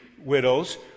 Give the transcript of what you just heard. widows